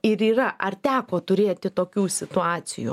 ir yra ar teko turėti tokių situacijų